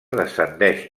descendeix